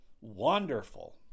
wonderful